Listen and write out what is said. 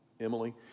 Emily